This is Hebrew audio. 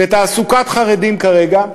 לתעסוקת חרדים כרגע,